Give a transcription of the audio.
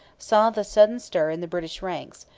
saw the sudden stir in the british ranks,